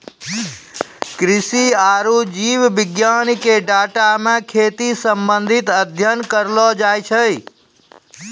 कृषि आरु जीव विज्ञान के डाटा मे खेती से संबंधित अध्ययन करलो जाय छै